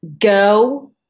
go